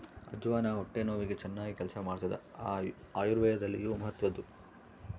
ಅಜ್ವಾನ ಹೊಟ್ಟೆ ನೋವಿಗೆ ಚನ್ನಾಗಿ ಕೆಲಸ ಮಾಡ್ತಾದ ಆಯುರ್ವೇದದಲ್ಲಿಯೂ ಮಹತ್ವದ್ದು